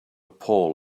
paul